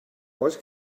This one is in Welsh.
oes